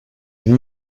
vie